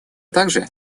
также